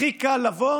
הכי קל לבוא